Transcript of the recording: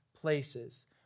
places